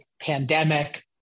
pandemic